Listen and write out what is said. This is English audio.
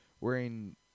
wearing